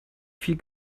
viel